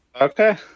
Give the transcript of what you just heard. Okay